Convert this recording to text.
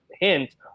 hint